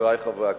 חברי חברי הכנסת,